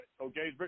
Okay